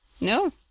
No